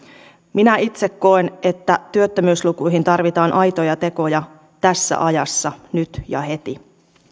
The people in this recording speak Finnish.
minä itse koen että työttömyyslukuihin tarvitaan aitoja tekoja tässä ajassa nyt ja heti